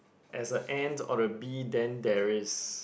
as a ant or the bee then there is